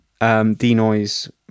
denoise